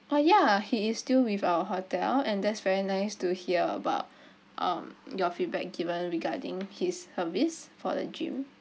ah ya he is still with our hotel and that's very nice to hear about um your feedback given regarding his service for the gym